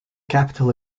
capital